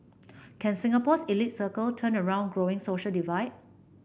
can Singapore's elite circle turn around growing social divide